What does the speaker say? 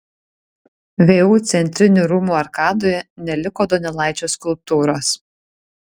vu centrinių rūmų arkadoje neliko donelaičio skulptūros